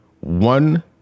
one